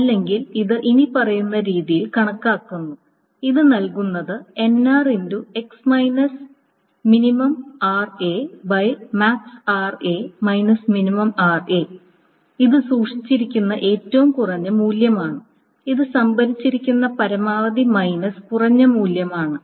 അല്ലെങ്കിൽ ഇത് ഇനിപ്പറയുന്ന രീതിയിൽ കണക്കാക്കുന്നു ഇത് നൽകുന്നത് ഇത് സൂക്ഷിച്ചിരിക്കുന്ന ഏറ്റവും കുറഞ്ഞ മൂല്യമാണ് ഇത് സംഭരിച്ചിരിക്കുന്ന പരമാവധി മൈനസ് കുറഞ്ഞ മൂല്യമാണ്